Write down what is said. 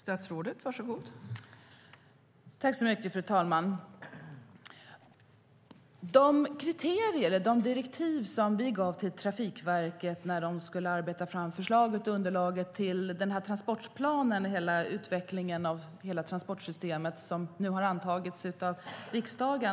Fru talman! Vi gav direktiv till Trafikverket när de skulle arbeta fram förslaget och underlaget till transportplanen och utvecklingen av hela transportsystemet som nu har nu antagits av riksdagen.